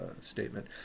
statement